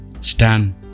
Stand